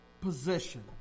position